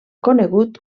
conegut